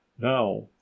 now